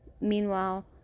Meanwhile